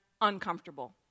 uncomfortable